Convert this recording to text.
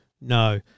no